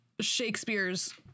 Shakespeare's